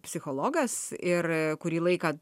psichologas ir kurį laiką